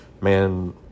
man